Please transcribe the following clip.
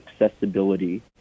accessibility